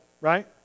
right